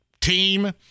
team